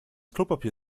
klopapier